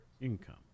Income